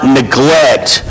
neglect